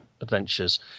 adventures